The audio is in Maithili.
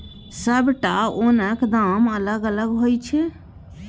सबटा ओनक दाम अलग अलग होइ छै